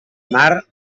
mar